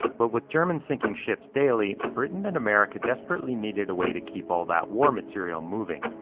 but with germany sinking ships daily, britain and america desperately needed a way to keep all that war material moving.